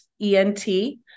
E-N-T